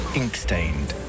ink-stained